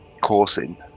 coursing